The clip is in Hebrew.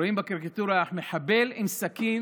רואים בקריקטורה מחבל עם סכין